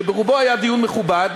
שברובו היה דיון מכובד,